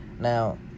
Now